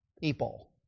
people